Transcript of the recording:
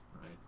right